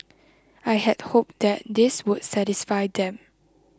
I had hoped that this would satisfy them